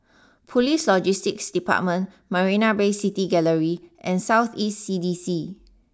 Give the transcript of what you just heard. police Logistics Department Marina Bay City Gallery and South East C D C